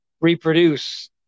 reproduce